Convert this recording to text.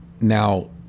Now